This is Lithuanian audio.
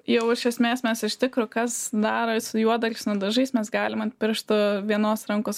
jau iš esmės mes iš tikro kas daro su juodalksnių dažais mes galim ant piršto vienos rankos